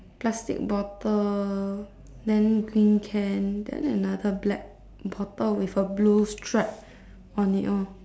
plastic bottle then green can then another black bottle with a blue stripe on it lor